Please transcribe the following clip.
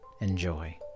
Enjoy